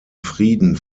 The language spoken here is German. frieden